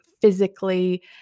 physically